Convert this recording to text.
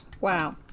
Wow